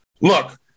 Look